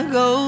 go